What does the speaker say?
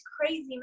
crazy